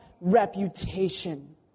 reputation